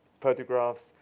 photographs